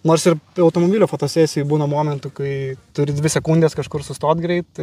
nors ir be automobilio fotosesijoj būna momentų kai turi dvi sekundes kažkur sustot greit